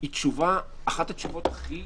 אחת התשובות הכי